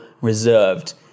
reserved